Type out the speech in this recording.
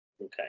okay